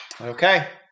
Okay